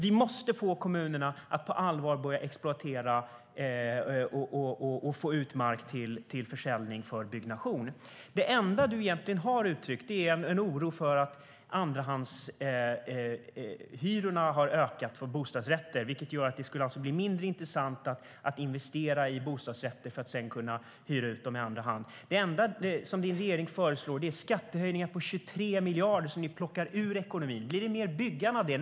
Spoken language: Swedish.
Vi måste få kommunerna att på allvar börja exploatera och få ut mark till försäljning till byggnation. Det enda din regering föreslår är skattehöjningar på 23 miljarder, som ni plockar ur ekonomin. Blir det mer byggande av det?